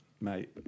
mate